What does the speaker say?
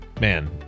man